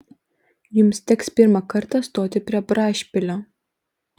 jums teks pirmą kartą stoti prie brašpilio